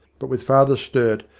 but with father sturt,